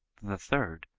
the third,